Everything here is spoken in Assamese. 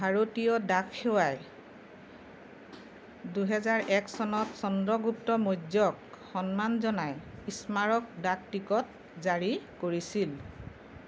ভাৰতীয় ডাক সেৱাই দুহেজাৰ এক চনত চন্দ্ৰগুপ্ত মৌৰ্যক সন্মান জনাই স্মাৰক ডাকটিকট জাৰি কৰিছিল